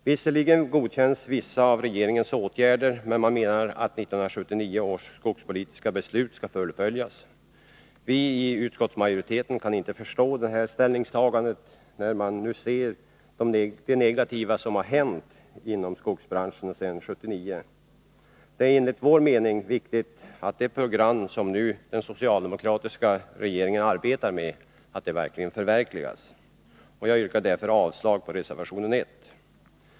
Visserligen godkänns vissa av regeringens åtgärder, men man menar att 1979 års skogspolitiska beslut skall fullföljas. Vi i utskottsmajoriteten kan inte förstå detta ställningstagande, när man nu ser det negativa som hänt inom skogsbranschen sedan 1979. Det är enligt vår mening viktigt att det program som den socialdemokratiska regeringen arbetar med förverkligas. Jag yrkar därför avslag på reservation 1.